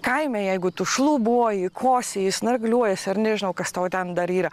kaime jeigu tu šlubuoji kosėji snargliuojasi ar nežinau kas tau ten dar yra